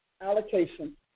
allocation